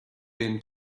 been